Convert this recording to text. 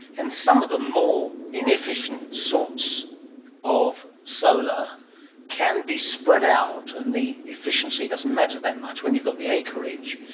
and some of the more inefficient sorts of solar can be spread out, and the efficiency doesn't matter that much when you've got the acreage.